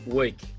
week